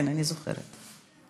ההצעה להעביר את הנושא לוועדה